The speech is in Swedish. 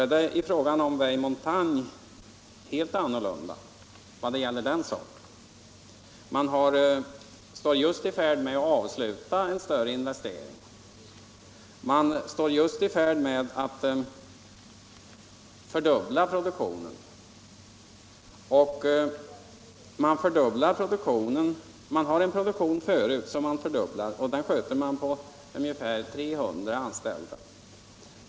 I fråga om Vieille Montagne är det helt annorlunda. Man är just i färd med att avsluta en större investering och att fördubbla produktionen. Den nuvarande produktionen sysselsätter ungefär 300 anställda.